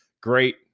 great